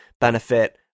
benefit